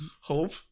hope